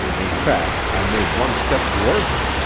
in fact, i made one step toward them.